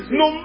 no